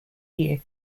year